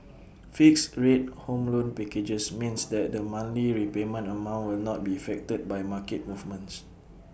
fixed rate home loan packages means that the monthly repayment amount will not be affected by market movements